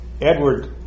Edward